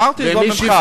אמרתי שזה לא ממך,